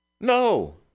No